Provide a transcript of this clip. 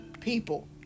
people